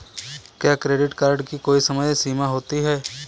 क्या credit card की कोई समय सीमा होती है?